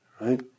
right